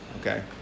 okay